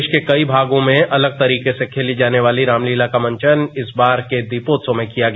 देश के कई भागों में अलग तरिके से खेली जाने वाली रामलीला का मंचन इस बार के दीपोत्सव में किया गया